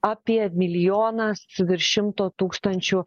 apie milijonas su virš šimto tūkstančių